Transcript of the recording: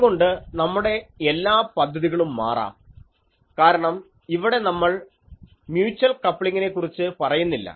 അതുകൊണ്ട് നമ്മുടെ എല്ലാ പദ്ധതികളും മാറാം കാരണം ഇവിടെ നമ്മൾ മ്യൂച്ചൽ കപ്ലിംഗിനെ കുറിച്ച് പറയുന്നില്ല